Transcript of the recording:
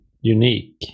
unique